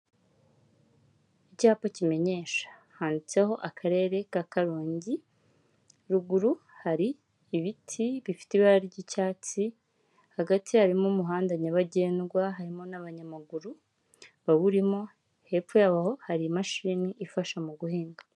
Icyapa kimenyesha, handitseho akarere ka Karongi ruguru hari ibiti bifite ibara ry'icyatsi hagati harimo umuhanda nyabagendwa harimo n'abanyamaguru bawurimo hepfo yaho hari imashini ifasha mu guhinga.